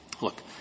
look